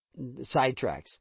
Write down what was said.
sidetracks